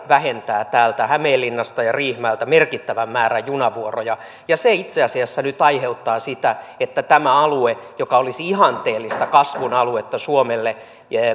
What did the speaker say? vähentää hämeenlinnasta ja riihimäeltä merkittävän määrän junavuoroja se itse asiassa nyt aiheuttaa sitä että tämä alue joka olisi ihanteellista kasvun aluetta suomelle